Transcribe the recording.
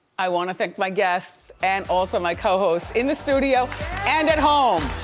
i wanna thank my guests, and also my co-host, in the studio and at home.